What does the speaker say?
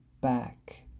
back